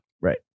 Right